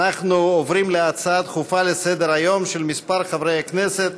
אנחנו עוברים להצעות דחופות לסדר-היום של כמה חברי הכנסת: